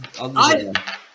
I-